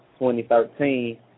2013